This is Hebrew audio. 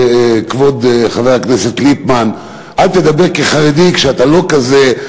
כבוד חבר הכנסת ליפמן: אל תדבר כחרדי כשאתה לא כזה,